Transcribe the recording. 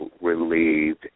relieved